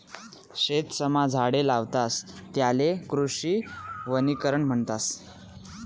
शेतसमा झाडे लावतस त्याले कृषी वनीकरण म्हणतस